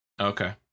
Okay